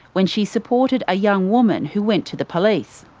when she supported a young woman who went to the police.